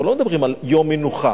אנחנו לא מדברים על יום מנוחה,